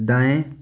दाएं